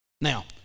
Now